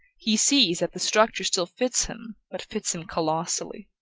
he sees, that the structure still fits him, but fits him colossally.